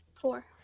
Four